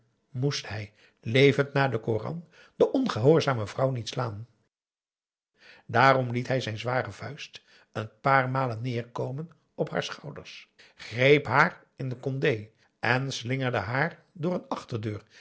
moest hij levend naar den koran de ongehoorzame vrouw niet slaan daarom liet hij zijn zware vuist een paar malen neerkomen op haar schouders greep haar in de kondé en slingerde haar door een achterdeur